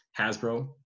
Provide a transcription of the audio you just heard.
Hasbro